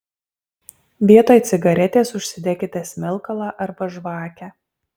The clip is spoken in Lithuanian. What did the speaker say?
vietoj cigaretės užsidekite smilkalą arba žvakę